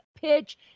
pitch